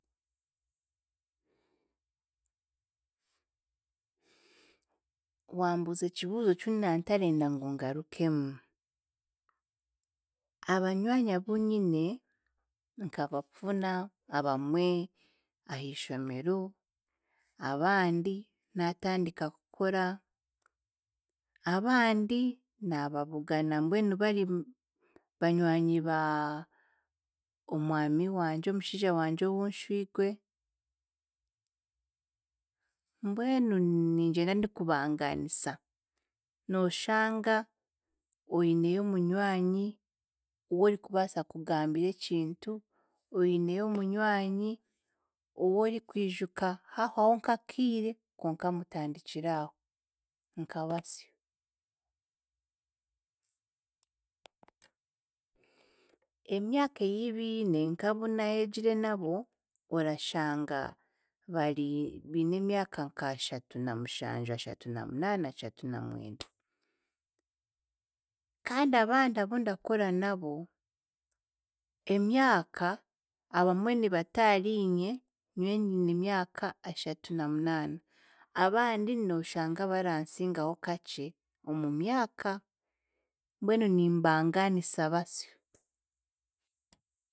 Wambuuza ekibuuzo cu nantarenda ngu ngarukemu. Abanywanyi abunyine nkabafuna abamwe ahiishomero, abandi naatandika kukora, abandi naababugana mbwenu bari banywanyi ba omwami wangye omushiija wangye ou nshwigwe, mbwenu ningyenda ndikubangaanisa. Nooshanga oineyo omunywanyi oworikubaasa kugambira ekintu, oineyo omunywanyi ou orikwijuka haahwaho nk'akiire konka mutandikire aho, nkabasyo. Emyaka ei biine nkabu naayegire nabo orashanga bari biine emyaka nkashatu namushanju, ashatu namunaana ashatu namwenda, kandi abandi abu ndakora nabo emyaka, abamwe nibato ahariinye, nyowe nyine emyaka ashatu namunaana, abandi nooshanga baransingaho kakye omu myaka, mbwenu nimbangaanisa basyo.